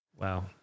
Wow